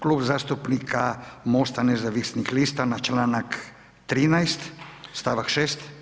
Klub zastupnika MOST-a nezavisnih lista na članak 13., stavak 6.